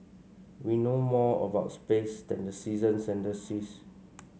we know more about space than the seasons and the seas